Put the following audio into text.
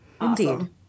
Indeed